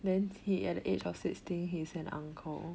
then he at the age of sixteen he's an uncle